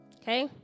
Okay